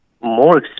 more